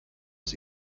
aus